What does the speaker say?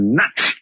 nuts